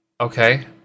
okay